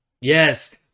Yes